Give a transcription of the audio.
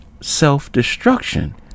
self-destruction